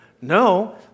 No